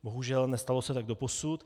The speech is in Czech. Bohužel, nestalo se tak doposud.